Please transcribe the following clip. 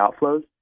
outflows